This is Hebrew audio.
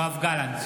היו"ר אמיר אוחנה: